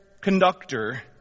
conductor